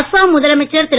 அஸ்ஸாம் முதலமைச்சர் திரு